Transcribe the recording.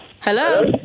Hello